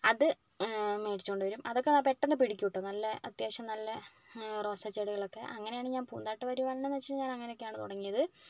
അത് മേടിച്ചുകൊണ്ട് വരും അതൊക്കെ പെട്ടെന്ന് പിടിക്കും കേട്ടോ നല്ല അത്യാവശ്യം നല്ല റോസാച്ചെടികളൊക്കെ അങ്ങനെയാണ് ഞാൻ പൂന്തോട്ട പരിപാലനമെന്നുവെച്ചാല് ഞാനങ്ങനെയൊക്കെയാണ് തുടങ്ങിയത്